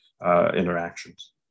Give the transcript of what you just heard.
interactions